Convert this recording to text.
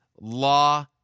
law